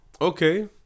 okay